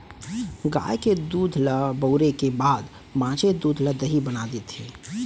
गाय के दूद ल बउरे के बाद बॉंचे दूद ल दही बना देथे